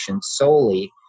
solely